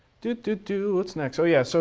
doo doo doo, what's next? oh yeah, so